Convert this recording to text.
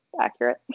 accurate